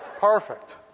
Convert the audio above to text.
Perfect